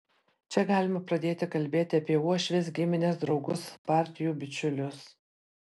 čia galima pradėti kalbėti apie uošves gimines draugus partijų bičiulius